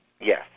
Yes